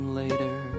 later